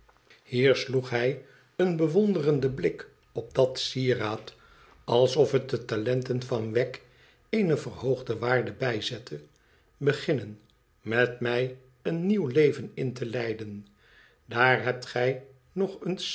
hier sloeg hij een bewonderenden blik op dat sieraad alsof het de talenten van wegg eene verhoogde waarde bijzette beginnen met mij een nieuw leven in te leiden daar hebt gij nog eens